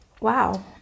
Wow